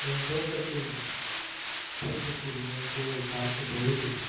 என் தோட்டத்தில் பூத்து குலுங்கும் பூவை பார்க்கும் பொழுது